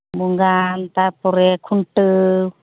ᱵᱚᱸᱜᱟᱱ ᱛᱟᱨᱯᱚᱨᱮ ᱠᱷᱩᱱᱴᱟᱹᱣ